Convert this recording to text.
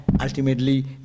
ultimately